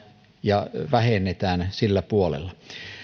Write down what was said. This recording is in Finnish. ja vähennetään sillä puolella